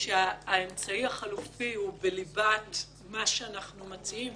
שהאמצעי החלופי הוא בליבת מה שאנחנו מציעים,